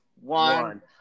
one